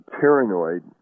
paranoid